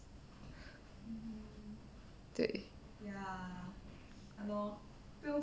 对 ya lor